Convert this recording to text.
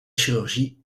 chirurgie